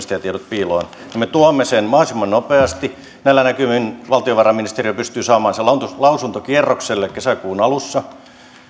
piiloon me tuomme sen mahdollisimman nopeasti näillä näkymin valtiovarainministeriö pystyy saamaan sen lausuntokierrokselle kesäkuun alussa